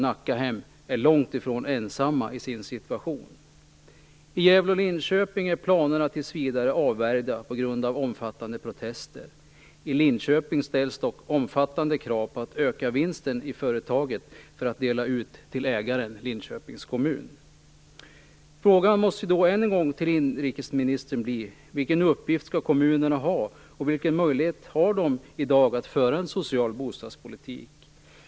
Nackahem är alltså långt ifrån ensamt. I Gävle och Linköping är planerna tills vidare avvärjda på grund av omfattande protester. I Linköping ställs dock omfattande krav på ökad vinst i företaget, för att den skall kunna delas ut till ägaren, Linköpings kommun. Frågan till inrikesministern måste än en gång bli: Vilken uppgift skall kommunerna ha? Vilken möjlighet har de i dag att föra en social bostadspolitik?